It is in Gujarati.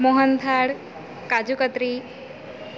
મોહનથાળ કાજુકતરી